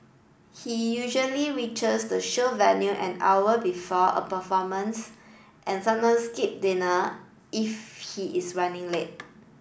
he usually reaches the show venue an hour before a performance and sometimes skip dinner if he is running late